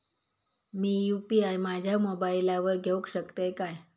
मी UPI माझ्या मोबाईलावर घेवक शकतय काय?